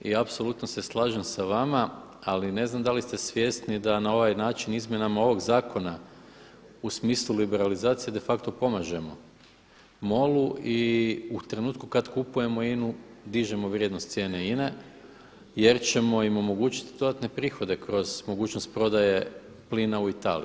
I apsolutno se slažem sa vama, ali ne znam da li ste svjesni da na ovaj način izmjenama ovog zakona u smislu liberalizacije de facto pomažemo MOL-u i u trenutku kada kupujemo INA-u dižemo vrijednost cijene INA-e jer ćemo im omogućiti dodatne prihode kroz mogućnost prodaje plina u Italiji.